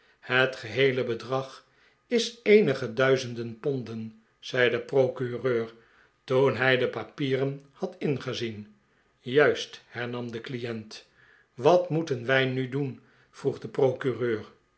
het geheele bedrag is eenige duizenden ponden zei de procureur toen hij de papieren had ingezien juist hernam de client wat moeten wij nu doen vroeg de procureur